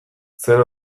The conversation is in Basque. zer